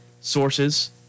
sources